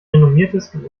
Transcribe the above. renommiertesten